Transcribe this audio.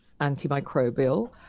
antimicrobial